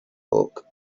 book